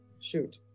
shoot